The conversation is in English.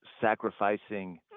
sacrificing